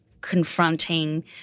confronting